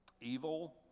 evil